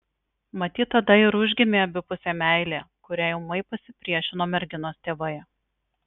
matyt tada ir užgimė abipusė meilė kuriai ūmai pasipriešino merginos tėvai